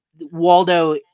Waldo